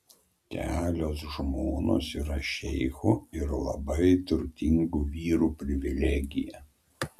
kelios žmonos yra šeichų ir labai turtingų vyrų privilegija